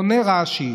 עונה רש"י: